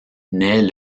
naît